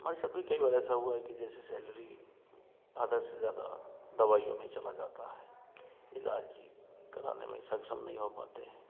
हमारे साथ भी कई बार ऐसा है कि जैसे सैलरी आधा से ज़्यादा दवाइयों में चला जाता है इलाज भी कराने में सक्षम नहीं हो पाते हैं